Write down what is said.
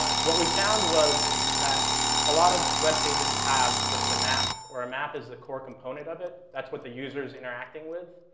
but what we found was that a lot of web pages have just map, or a map is the core component of it. that's what the user is interacting with.